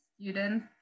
student